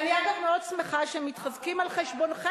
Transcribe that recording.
אני, אגב, מאוד שמחה שהם מתחזקים על חשבונכם.